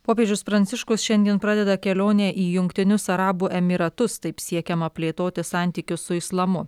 popiežius pranciškus šiandien pradeda kelionę į jungtinius arabų emyratus taip siekiama plėtoti santykius su islamu